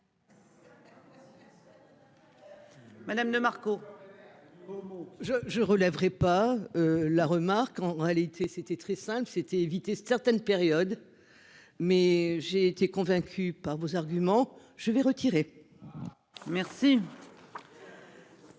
Madame de Marco. Comment. Je je relèverai pas la remarque en réalité c'était très simple, c'était éviter certaines périodes. Mais j'ai été convaincu par vos arguments, je vais retirer. Merci.